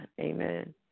Amen